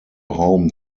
home